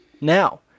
now